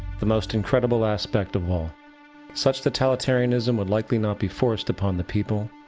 the most incredible aspect of all such totalitarianism will likely not be forced upon the people,